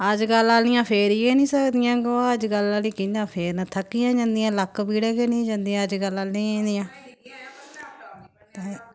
अजकल्ल आह्लियां फेरी गै निं सकदियां गोहा अजकल्ल आह्लियां कि'यां फेरन थक्की गै जंदियां लक्क पीड़ गै निं जंदी अजकल्ल आह्लियें दियां ते